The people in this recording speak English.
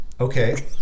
Okay